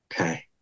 Okay